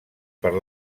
per